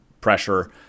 pressure